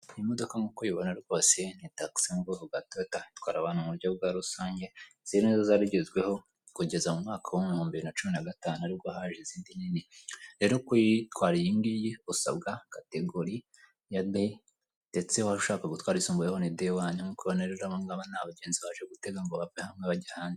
Iyi modoka nk'uko ubibona ni Taxi yo mu bwoko bwa Toyota itwara abantu mu buryo bwarusange izi nizo zarigezweho kugeza mu mwaka wo mu bihumbi bibiri na cumi na gatu aribwo izindi nini rero kuyitwara iyingiyi bisaba Category ya B ndetse waba ushaka kuyitwara bigasaba Category ya D1 nk'uko ubibona aba ni abagenzi baje gutega bava ahantu hamwe bajya ahandi.